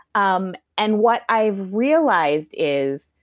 um and what i've realized is,